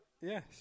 yes